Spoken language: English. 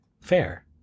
Fair